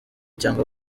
cyangwa